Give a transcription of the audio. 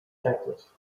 taxes